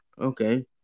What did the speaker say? Okay